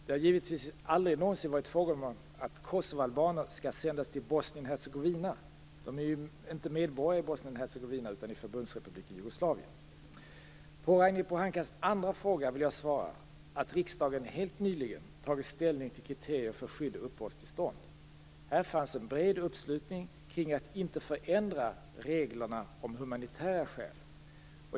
Det har givetvis aldrig någonsin varit fråga om att kosovoalbaner skall sändas till Bosnien-Hercegovina. De är inte medborgare i Bosnien-Hercegovina utan i På Ragnhild Pohankas andra fråga vill jag svara att riksdagen helt nyligen tagit ställning till kriterier för skydd och uppehållstillstånd. Här fanns en bred uppslutning kring att inte förändra reglerna om humanitära skäl.